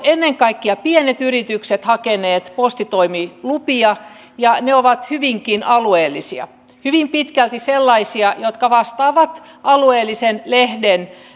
ennen kaikkea pienet yritykset hakeneet postitoimilupia ja ne ovat hyvinkin alueellisia hyvin pitkälti sellaisia jotka vastaavat alueellisen lehden